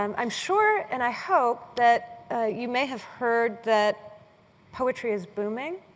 um i'm sure, and i hope, that you may have heard that poetry is booming